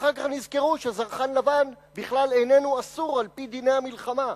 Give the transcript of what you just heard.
אחר כך נזכרו שזרחן לבן בכלל איננו אסור על-פי דיני המלחמה.